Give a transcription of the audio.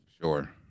Sure